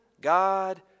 god